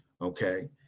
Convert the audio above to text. okay